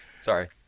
Sorry